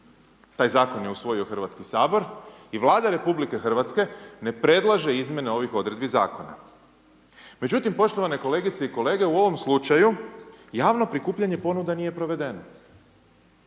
Taj Zakon je usvojio Hrvatski sabor i Vlada RH ne predlaže izmjene ovih odredbi Zakona. Međutim, poštovane kolegice i kolege, u ovom slučaju javno prikupljanje ponuda nije provedeno.